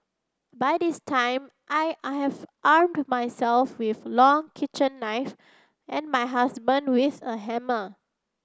by this time I I have armed myself with long kitchen knife and my husband with a hammer